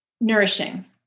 nourishing